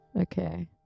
Okay